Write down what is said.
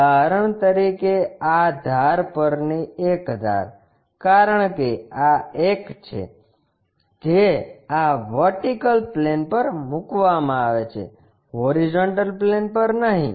ઉદાહરણ તરીકે આધાર પરની એક ધાર કારણ કે આ એક છે જે આ વર્ટિકલ પ્લેન પર મૂકવામાં આવે છે હોરીઝોન્ટલ પ્લેન પર નથી